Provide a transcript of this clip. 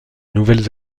nouvelles